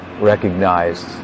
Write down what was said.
recognized